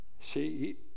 See